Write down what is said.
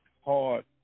hard